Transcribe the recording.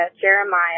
Jeremiah